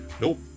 Nope